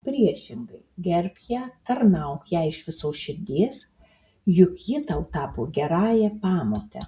priešingai gerbk ją tarnauk jai iš visos širdies juk ji tau tapo gerąja pamote